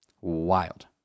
Wild